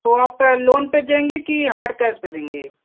तो आप लोन पर देंगे कि हार्ड कैस पर देंगे